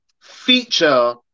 feature